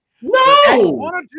No